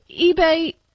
eBay